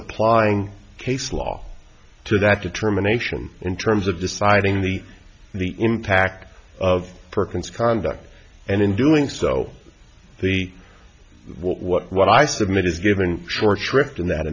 applying case law to that determination in terms of deciding the the impact of perkins conduct and in doing so the what i submit is given short shrift in that